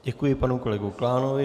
Děkuji panu kolegovi Klánovi.